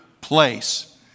place